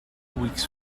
weeks